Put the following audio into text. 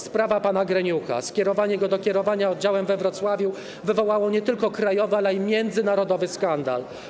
Sprawa pana Greniucha, skierowanie go do kierowania oddziałem we Wrocławiu, wywołała nie tylko krajowy, ale i międzynarodowy skandal.